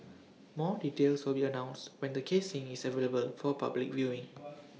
more details will be announced when the casing is available for public viewing